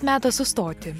metas sustoti